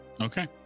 Okay